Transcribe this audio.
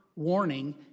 warning